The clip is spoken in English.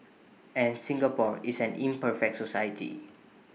and Singapore is an imperfect society